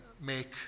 make